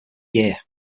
year